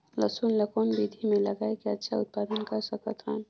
लसुन ल कौन विधि मे लगाय के अच्छा उत्पादन कर सकत हन?